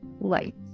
light